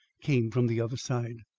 came from the other side.